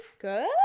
Good